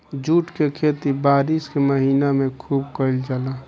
jute के खेती बारिश के महीना में खुब कईल जाला